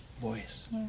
voice